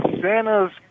Santa's